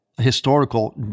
historical